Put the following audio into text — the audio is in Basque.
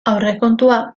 aurrekontua